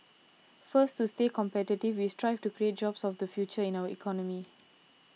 first to stay competitive we strive to create jobs of the future in our economy